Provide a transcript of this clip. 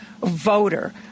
voter